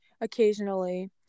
occasionally